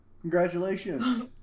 congratulations